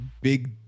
big